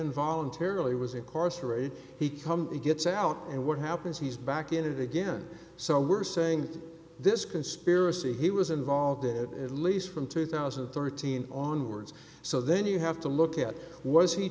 in voluntarily was incarcerated he come he gets out and what happens he's back in it again so we're saying this conspiracy he was involved in it at least from two thousand and thirteen onward so then you have to look at was he